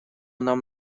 нам